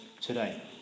today